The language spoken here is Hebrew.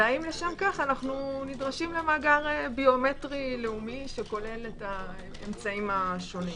והאם לשם כך אנו נדרשים למאגר ביומטרי לאומי שכולל את האמצעים השונים.